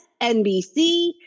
NBC